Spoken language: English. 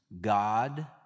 God